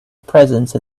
presence